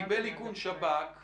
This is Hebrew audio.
ותסבירו לי איך אפשר לחבר